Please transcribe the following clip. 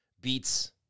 beats